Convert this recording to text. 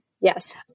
Yes